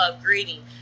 greeting